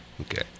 Okay